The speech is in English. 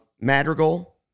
Madrigal